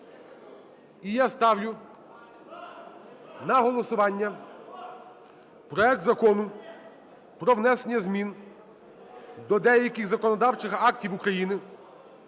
І я ставлю на голосування проект Закону про внесення змін до деяких законодавчих актів України